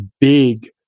big